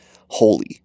holy